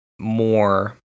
more